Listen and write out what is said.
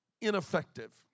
ineffective